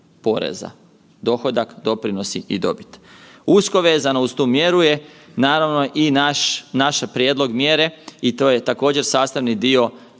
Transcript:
poreza, dohodak, doprinosi i dobit. Usko vezano uz tu mjeru je naravno i naš, naše prijedlog mjere i to je također sastavni dio